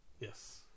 Yes